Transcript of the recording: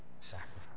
sacrifice